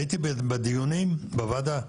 הייתי בדיונים בוועדה.